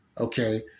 Okay